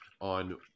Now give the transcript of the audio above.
on